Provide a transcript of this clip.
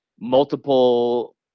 multiple